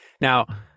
Now